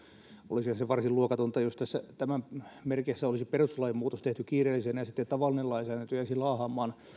olisihan se varsin luokatonta jos tämän merkeissä olisi perustuslain muutos tehty kiireellisenä ja sitten tavallinen lainsäädäntö jäisi laahaamaan